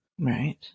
Right